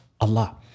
Allah